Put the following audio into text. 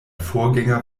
vorgänger